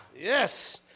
Yes